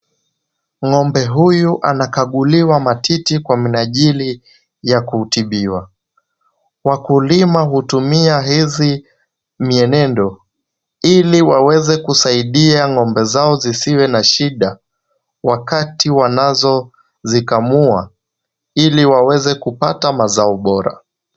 Ng'ombe huyu anakaguliwa matiti kwa minajili ya kutibiwa. Wakulima hutumia hivi mienendo ili waweze kusaidia ng'ombe zao zisiwe na shida, wakati wanazozikamua, ili waweze kupata mazao bora.